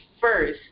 first